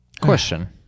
Question